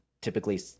typically